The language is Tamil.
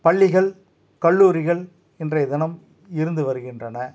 பள்ளிகள் கல்லூரிகள் இன்றைய தினம் இருந்து வருகின்றன